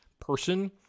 person